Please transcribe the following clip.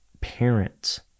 parents